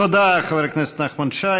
תודה לחבר הכנסת נחמן שי.